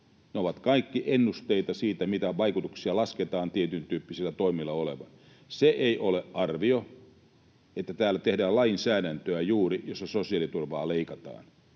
Ne ovat kaikki ennusteita siitä, mitä vaikutuksia lasketaan tietyntyyppisillä toimilla olevan. Se ei ole arvio, että täällä tehdään juuri lainsäädäntöä, jossa sosiaaliturvaa leikataan